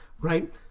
right